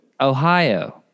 ohio